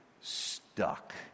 stuck